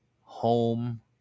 home